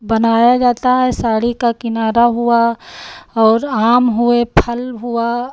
बनाया जाता है साड़ी का किनारा हुआ और आम हुए फल हुआ